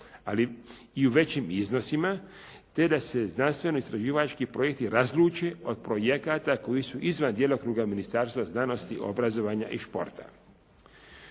ali i u većim iznosima te da se znanstveno istraživački projekti razluče od projekata koji su izvan djelokruga Ministarstva znanosti, obrazovanja i športa.